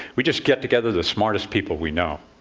we just get together the smartest people we know.